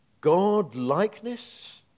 God-likeness